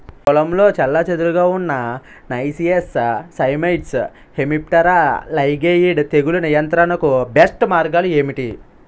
పొలంలో చెల్లాచెదురుగా ఉన్న నైసియస్ సైమోయిడ్స్ హెమిప్టెరా లైగేయిడే తెగులు నియంత్రణకు బెస్ట్ మార్గాలు ఏమిటి?